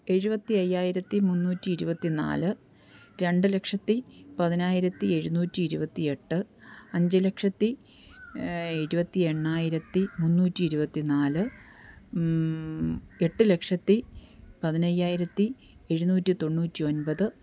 എഴുപത്തി അയ്യായിരത്തി മുന്നൂറ്റി ഇരുപത്തിനാല് രണ്ടു ലക്ഷത്തി പതിനായിരത്തി എഴുന്നൂറ്റി ഇരുപത്തിയെട്ട് അഞ്ചു ലക്ഷത്തി ഇരുപത്തി എണ്ണായിരത്തി മുന്നൂറ്റി ഇരുപത്തിനാല് എട്ടു ലക്ഷത്തി പതിനയ്യായിരത്തി എഴുന്നൂറ്റി തൊണ്ണൂറ്റി ഒൻപത്